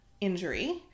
injury